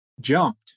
jumped